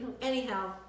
anyhow